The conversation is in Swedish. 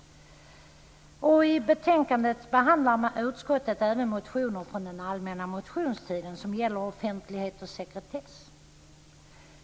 I betänkandet behandlar utskottet även motioner från den allmänna motionstiden som gäller offentlighet och sekretess.